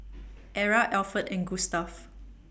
Era Alferd and Gustave